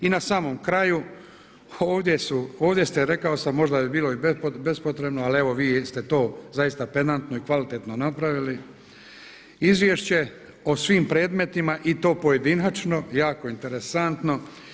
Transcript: I na samom kraju, ovdje ste, rekao sam, možda je bilo i bespotrebno ali evo vi ste to zaista pedantno i kvalitetno napravili, izvješće o svim predmetima i to pojedinačno, jako interesantno.